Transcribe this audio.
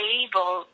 able